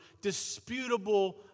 disputable